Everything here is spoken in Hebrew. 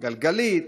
גלגלית,